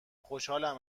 خوشحالم